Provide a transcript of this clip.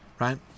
right